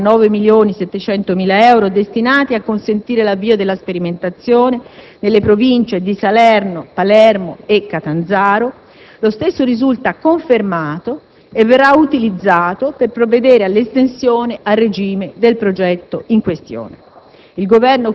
pari a 9.700.000 euro, destinato a consentire l'avvio della sperimentazione nelle province di Salerno, Palermo e Catanzaro, lo stesso risulta confermato e verrà utilizzato per provvedere all'estensione a regime del progetto in questione.